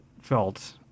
felt